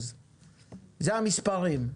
זה המספרים.